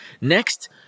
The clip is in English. Next